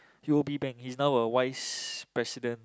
U_O_B bank he's now a vice president